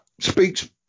speaks